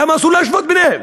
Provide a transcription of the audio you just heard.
למה אסור להשוות ביניהם,